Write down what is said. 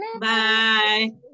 Bye